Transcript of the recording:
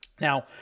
Now